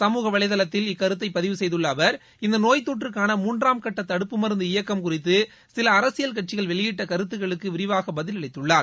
சமூக வலைதளத்தில் இக்கருத்தை பதிவு செய்துள்ள அவர் இந்த நோய்த்தொற்றுக்கான மூன்றாம் கட்ட தடுப்பு மருந்து இயக்கம் குறித்து சில அரசியல் கட்சிகள் வெளியிட்ட கருத்துகளுக்கு விரிவாக பதில் அளித்துள்ளார்